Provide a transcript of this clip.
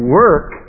work